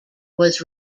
was